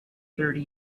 thirty